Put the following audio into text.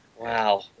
Wow